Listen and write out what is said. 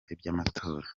iby’amatora